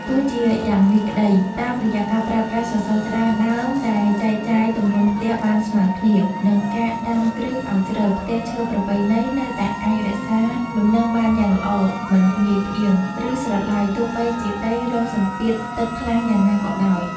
ទោះជាយ៉ាងនេះក្ដី តាមរយៈការប្រើប្រាស់សសរច្រើនដើមដែលចែកចាយទម្ងន់ផ្ទះបានស្មើគ្នា និងការដាំគ្រឹះឱ្យជ្រៅ ផ្ទះឈើប្រពៃណីនៅតែអាចរក្សាលំនឹងបានយ៉ាងល្អ មិនងាយផ្អៀង ឬស្រុតឡើយ ទោះបីជាដីរងសម្ពាធទឹកខ្លាំងយ៉ាងណាក៏ដោយ។